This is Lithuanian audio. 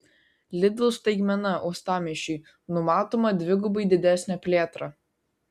lidl staigmena uostamiesčiui numatoma dvigubai didesnė plėtra